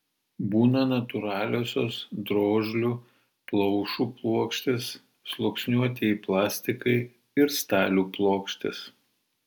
būna natūraliosios drožlių plaušų plokštės sluoksniuotieji plastikai ir stalių plokštės